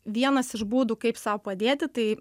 vienas iš būdų kaip sau padėti tai